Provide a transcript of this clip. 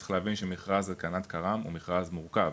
צריך להבין שמכרז להתקנת הקר"מ הוא מכרז מורכב,